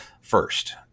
first